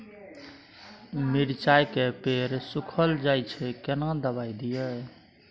मिर्चाय के पेड़ सुखल जाय छै केना दवाई दियै?